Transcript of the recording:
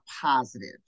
positive